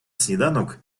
сніданок